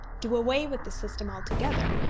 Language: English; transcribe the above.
do away with the system altogether,